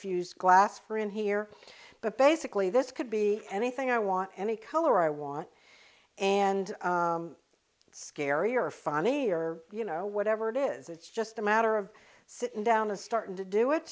fused glass for in here but basically this could be anything i want any color i want and scary or funny or you know whatever it is it's just a matter of sitting down and starting to do